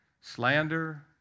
Slander